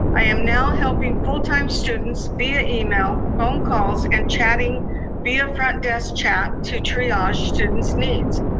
i am now helping full-time students via email, phone calls, and chatting via front-desk chat to triage students' needs.